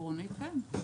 עקרונית כן.